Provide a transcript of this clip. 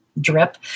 drip